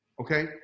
Okay